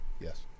Yes